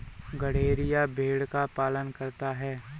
गड़ेरिया भेड़ का पालन करता है